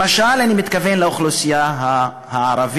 למשל, אני מתכוון לאוכלוסייה הערבית,